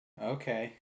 okay